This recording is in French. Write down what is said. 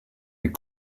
est